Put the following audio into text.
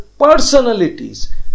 personalities